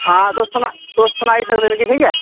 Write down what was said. हां तुस सना तुस सनाई सकदे मिगी ठीक ऐ